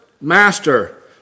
master